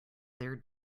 their